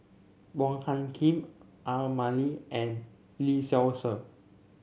Wong Hung Khim A Ramli and Lee Seow Ser